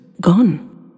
gone